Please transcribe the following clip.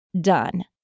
Done